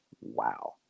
wow